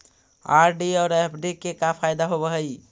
RD और F D के का फायदा होव हई?